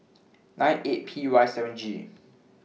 nine eight P Y seven G